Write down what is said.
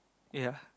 ya